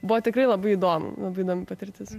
buvo tikrai labai įdomu labai įdomi patirtis